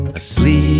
asleep